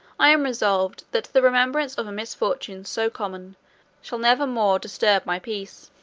i am resolved that the remembrance of a misfortune so common shall never more disturb my peace.